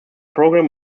program